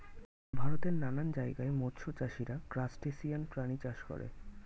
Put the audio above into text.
ভারতের নানান জায়গায় মৎস্য চাষীরা ক্রাসটেসিয়ান প্রাণী চাষ করে